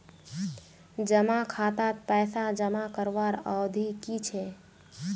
जमा खातात पैसा जमा करवार अवधि की छे?